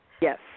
Yes